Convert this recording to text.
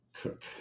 cook